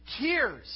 tears